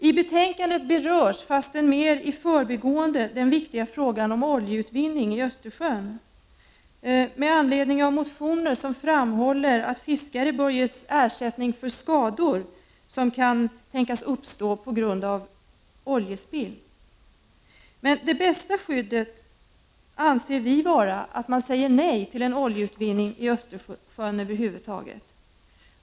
I betänkandet berörs, fastän mer i förbigående, den viktiga frågan om oljeutvinning i Östersjön, med anledning av motioner där det framhålls att fiskare bör ges ersättning för skador som kan tänkas uppstå på grund av oljespill. Vi anser att det bästa skyddet är att man säger nej till oljeutvinning i Östersjön över huvud taget.